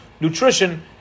nutrition